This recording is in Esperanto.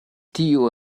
tio